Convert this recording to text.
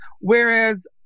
whereas